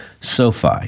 SoFi